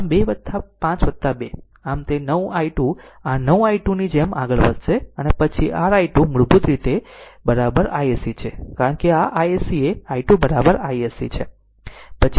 આમ 2 5 2 આમ તે 9 i2 આ 9 i2 ની જેમ આગળ વધશે અને પછી r i2 મૂળભૂત રીતે iSC છે કારણ કે આ iSC એ i2 i s c છે